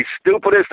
stupidest